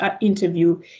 interview